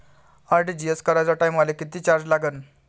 RTGS कराच्या टायमाले किती चार्ज लागन?